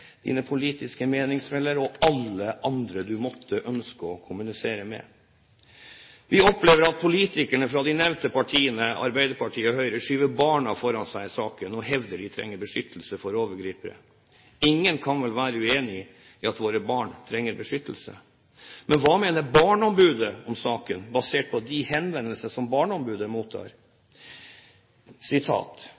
dine politiske meningsfeller og alle andre du måtte ønske å kommunisere med. Vi opplever at politikerne fra de nevnte partiene, Arbeiderpartiet og Høyre, skyver barna foran seg i saken og hevder at de trenger beskyttelse mot overgripere. Ingen kan vel være uenig i at våre barn trenger beskyttelse. Men hva mener barneombudet om saken? Jeg siterer fra barneombudet: «Basert på de henvendelser som Barneombudet mottar,